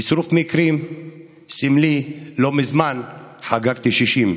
בצירוף מקרים סמלי, לא מזמן חגגתי 60,